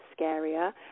scarier